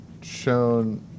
shown